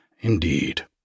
Indeed